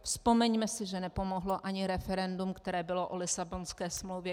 Vzpomeňme si, že nepomohlo ani referendum, které bylo o Lisabonské smlouvě.